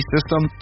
System